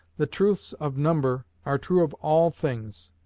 the truths of number are true of all things,